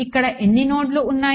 ఇక్కడ ఎన్ని నోడ్లు ఉన్నాయి